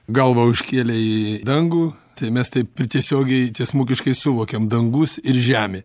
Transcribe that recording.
galvą užkėlė į dangų tai mes taip ir tiesiogiai tiesmukiškai suvokiam dangus ir žemė